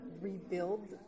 rebuild